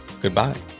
Goodbye